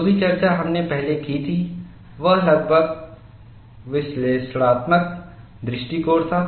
जो भी चर्चा हमने पहले की थी वह लगभग विश्लेषणात्मक दृष्टिकोण था